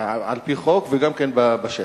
על-פי חוק, וגם כן בשטח.